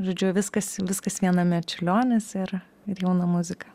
žodžiu viskas viskas viename čiurlionis ir ir jauna muzika